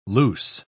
Loose